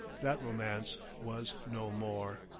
that romance was no more!